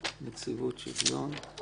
בבקשה, נציבות שוויון לאנשים עם מוגבלויות.